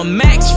max